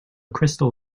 crystal